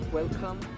welcome